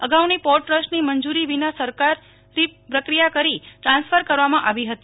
અગાઉ પોર્ટ ટ્રસ્ટની મંજૂરી વીના સરકારી પ્રક્રિયા કરી ટ્રાન્સફર કરવામાં આવી હતી